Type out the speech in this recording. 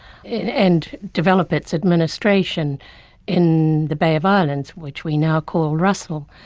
and develop its administration in the bay of islands, which we now call russell.